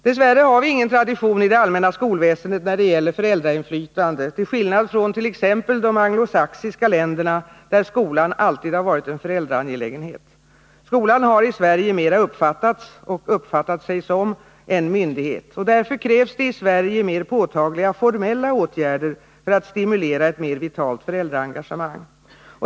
Dess värre har vi ingen tradition i det allmänna skolväsendet när det gäller föräldrainflytande, till skillnad från t.ex. de anglosaxiska länderna, där skolan alltid har varit en föräldraangelägenhet. Skolan har i Sverige mera uppfattats, och uppfattat sig, som en myndighet. Därför krävs det i Sverige mer påtagliga formella åtgärder för att stimulera ett mer vitalt föräldraengagemang.